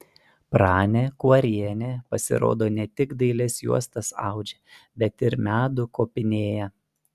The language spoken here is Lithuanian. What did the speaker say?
pranė kuorienė pasirodo ne tik dailias juostas audžia bet ir medų kopinėja